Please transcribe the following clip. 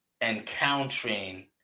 encountering